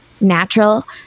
natural